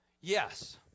yes